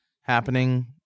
happening